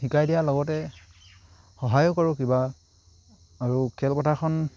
শিকাই দিয়াৰ লগতে সহায়ো কৰোঁ কিবা আৰু খেলপথাৰখন